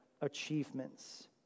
achievements